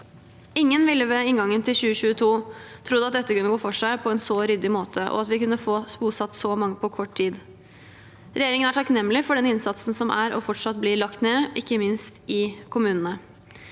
Ingen ville ved inngangen til 2022 trodd at dette kunne gå for seg på en så ryddig måte, og at vi kunne få bosatt så mange på kort tid. Regjeringen er takknemlig for den innsatsen som er, og fortsatt blir, lagt ned, ikke minst i kommunene.